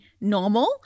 normal